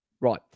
Right